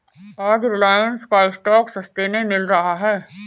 आज रिलायंस का स्टॉक सस्ते में मिल रहा है